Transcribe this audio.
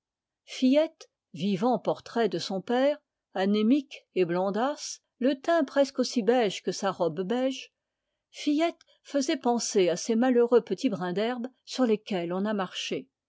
fillette vivant portrait de son père anémique et blondasse le teint presque aussi beige que sa robe beige fillette faisait penser à ces malheureux petits brins d'herbe sur lesquels on a marché